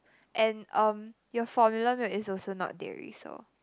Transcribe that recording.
and um your formula milk is also not dairy so